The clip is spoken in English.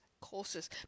Courses